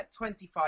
£25